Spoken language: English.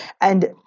And-